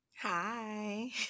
Hi